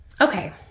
Okay